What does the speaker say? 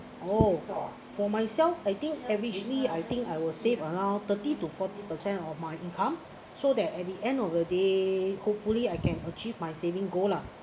oh for myself I think eventually I think I will save around thirty to forty percent of my income so that at the end of the day hopefully I can achieve my saving goal lah